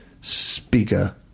speaker